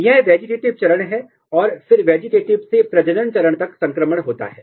यह vegitative चरण है और फिर vagitative से प्रजनन चरण तक संक्रमण होता है